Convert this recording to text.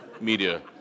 media